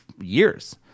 years